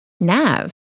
Nav